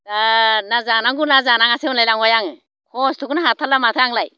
दा ना जानांगौ ना जानाङासो मोनलायलांबाय आङो खस्त'खौनो हाथारला माथो आंलाय